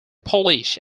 polish